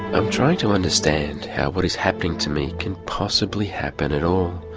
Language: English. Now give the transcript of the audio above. i'm trying to understand how what is happening to me can possibly happen at all.